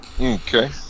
Okay